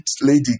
lady